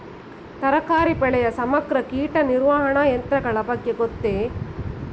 ತರಕಾರಿ ಬೆಳೆಯ ಸಮಗ್ರ ಕೀಟ ನಿರ್ವಹಣಾ ತಂತ್ರಗಳ ಬಗ್ಗೆ ಗೊತ್ತೇ?